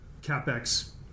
CapEx